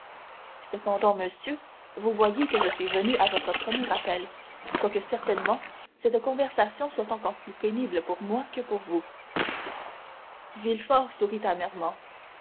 cependant monsieur vous voyez que je suis venue à votre premier appel quoique certainement cette conversation soit encore plus pénible pour moi que pour vous